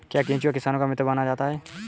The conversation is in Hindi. क्या केंचुआ किसानों का मित्र माना जाता है?